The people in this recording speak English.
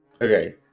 okay